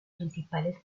principales